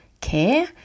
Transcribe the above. care